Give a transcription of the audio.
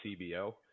cbo